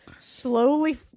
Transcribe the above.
Slowly